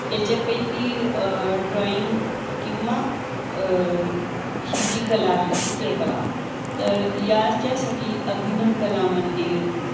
त्याच्यापैकी ड्रॉईंग किंवा ही जी कला आहे चित्रकला तर याच्यासाठी अभिनव कला मंदिर